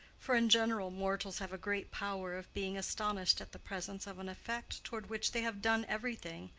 for in general mortals have a great power of being astonished at the presence of an effect toward which they have done everything,